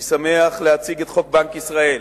אני שמח להציג את חוק בנק ישראל.